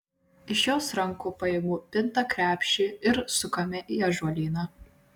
iš jos rankų paimu pintą krepšį ir sukame į ąžuolyną